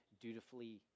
dutifully